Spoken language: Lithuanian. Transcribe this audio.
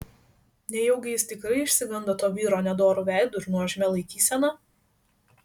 nejaugi jis tikrai išsigando to vyro nedoru veidu ir nuožmia laikysena